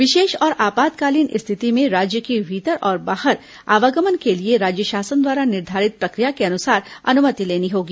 विशेष और आपातकालीन स्थिति में राज्य के भीतर और बाहर आवागमन के लिए राज्य शासन द्वारा निर्धारित प्रक्रिया के अनुसार अनुमति लेनी होगी